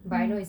mm